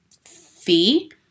fee